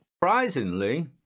Surprisingly